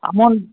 amount